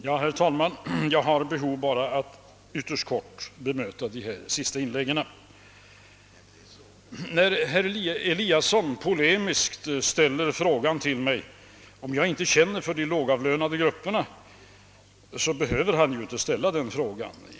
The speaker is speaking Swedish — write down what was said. Herr talman! Jag har behov av att ytterst kort bemöta de senaste inläggen. Herr Eliasson i Sundborn frågade mig polemiskt om jag inte känner för de lågavlönade grupperna. Den frågan behövde han inte ställa.